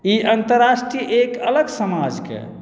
ई अन्तर्राष्ट्रीय एक अलग समाजके